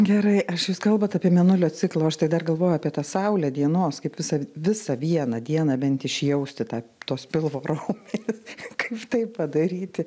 gerai aš jūs kalbat apie mėnulio ciklo o aš tai dar galvoju apie tą saulę dienos kaip visą visą vieną dieną bent išjausti tą tuos pilvo raumenis kaip tai padaryti